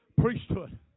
priesthood